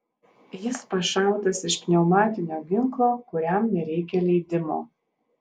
jis pašautas iš pneumatinio ginklo kuriam nereikia leidimo